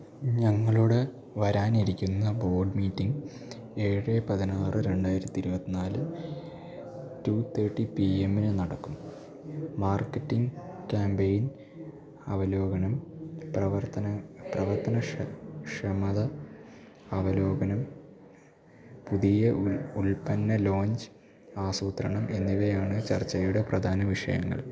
ഞങ്ങളുടെ വരാനിരിക്കുന്ന board meeting ഏഴ് പതിനാറ് രണ്ടായിരത്തി ഇരുപത്തിനാല് ടു തേർട്ടി പി എമ്മിനു നടക്കും മാർക്കറ്റിംഗ് കാമ്പെയ്ൻ അവലോകനം പ്രവർത്തന പ്രവർത്തന ക്ഷമത അവലോകനം പുതിയ ഉൽപ്പന്ന ലോഞ്ച് ആസൂത്രണം എന്നിവയാണു ചർച്ചയുടെ പ്രധാന വിഷയങ്ങൾ